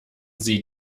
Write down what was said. sie